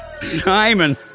Simon